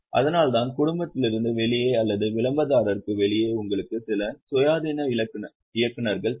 அதனால்தான் குடும்பத்திலிருந்து வெளியே அல்லது விளம்பரதாரருக்கு வெளியே உங்களுக்கு சில சுயாதீன இயக்குநர்கள் தேவை